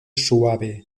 suave